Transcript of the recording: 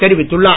தெரிவித்துள்ளார்